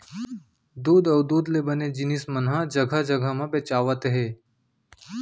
दूद अउ दूद ले बने जिनिस मन ह जघा जघा बेचावत हे